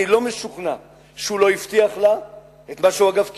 אני לא משוכנע שהוא לא הבטיח לה את מה שהוא אגב קיים,